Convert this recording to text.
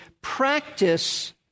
practice